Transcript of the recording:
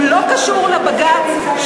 הוא לא קשור לבג"ץ.